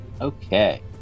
Okay